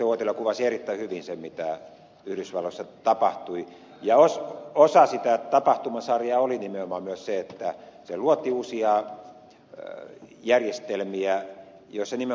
uotila kuvasi erittäin hyvin sen mitä yhdysvalloissa tapahtui ja osa sitä tapahtumasarjaa oli nimenomaan myös se että siellä luotiin uusia järjestelmiä joissa nimenomaisesti ei ollut valvontaa